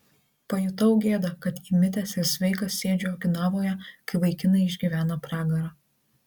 pajutau gėdą kad įmitęs ir sveikas sėdžiu okinavoje kai vaikinai išgyvena pragarą